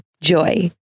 Joy